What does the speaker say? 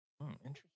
interesting